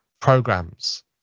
programs